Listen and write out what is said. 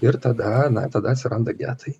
ir tada na tada atsiranda getai